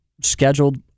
scheduled